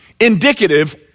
Indicative